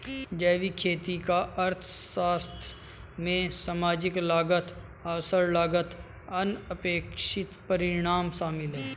जैविक खेती का अर्थशास्त्र में सामाजिक लागत अवसर लागत अनपेक्षित परिणाम शामिल है